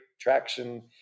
traction